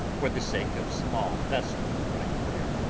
for the sake of small vessels riding there.